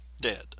dead